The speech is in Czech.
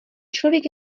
člověk